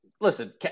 listen